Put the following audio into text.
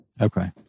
Okay